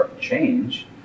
change